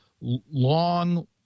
long